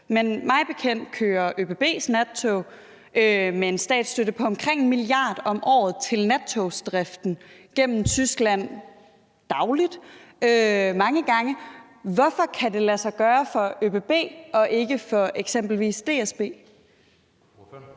Men mig bekendt kører ÖBB's nattog med en statsstøtte på omkring en milliard om året til nattogsdriften gennem Tyskland mange gange i døgnet. Hvorfor kan det lade sig gøre for ÖBB og ikke for eksempelvis DSB?